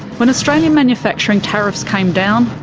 when australian manufacturing tariffs came down,